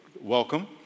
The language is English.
Welcome